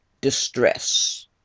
distress